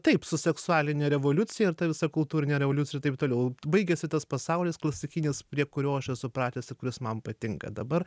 taip su seksualine revoliucija ir ta visa kultūrine revoliucija taip toliau baigėsi tas pasaulis klasikinis prie kurio aš esu pratęs ir kuris man patinka dabar